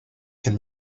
can